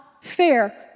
fair